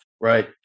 Right